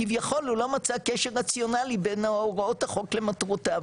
כביכול הוא לא מצא קשר רציונלי בין הוראות החוק למטרותיו.